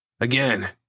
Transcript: Again